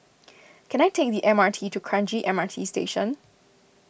can I take the M R T to Kranji M R T Station